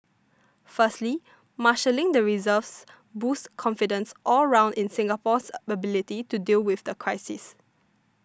firstly marshalling the reserves boosts confidence all round in Singapore's ability to deal with the crisis